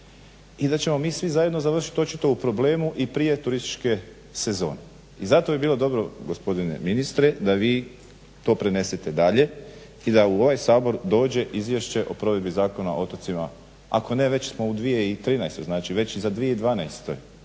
I da ćemo mi svi zajedno završiti očito u problemu i prije turističke sezone i zato bi bilo dobro gospodine ministre da vi to prenesete dalje i da u ovaj Sabor izvješće o provedbi zakona o otocima ako ne već smo u 2013., već i za 2012.